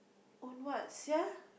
on what sia